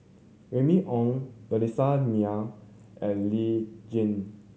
Remy Ong Vanessa Mae and Lee Tjin